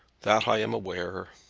that i am aware.